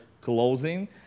clothing